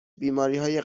بیماریهای